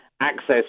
access